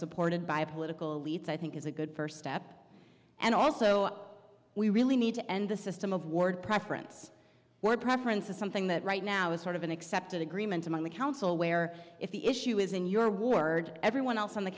supported by a political elite i think is a good first step and also we really need to end the system of word preference or preferences something that right now is sort of an accepted agreement among the council where if the issue is in your ward everyone else on the